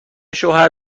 شوهر